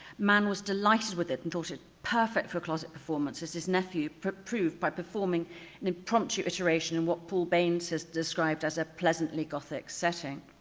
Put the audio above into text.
mann was delighted with it and thought it perfect for closeted performance as his nephew proved by performing an impromptu iteration and what paul baines has described as a pleasantly gothic setting.